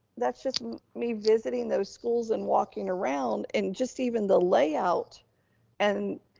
that's just me visiting those schools and walking around and just even the layout and,